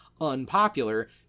unpopular